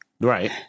Right